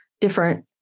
different